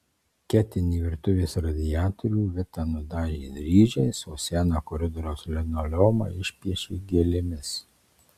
ketinį virtuvės radiatorių vita nudažė dryžiais o seną koridoriaus linoleumą išpiešė gėlėmis